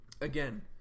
Again